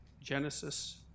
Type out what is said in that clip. Genesis